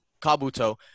Kabuto